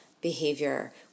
behavior